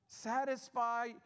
Satisfy